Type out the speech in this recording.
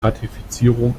ratifizierung